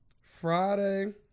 Friday